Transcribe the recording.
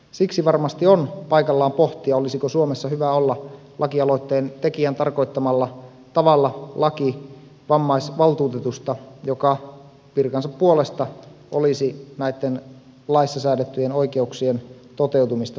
siksi varmasti on paikallaan pohtia olisiko suomessa hyvä olla lakialoitteen tekijän tarkoittamalla tavalla laki vammaisvaltuutetusta joka virkansa puolesta olisi näitten laissa säädettyjen oikeuksien toteutumista varmistamassa